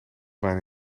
bijna